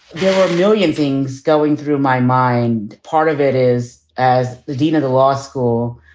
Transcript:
there million things going through my mind. part of it is, as the dean of the law school,